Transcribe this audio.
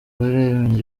barebye